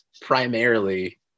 primarily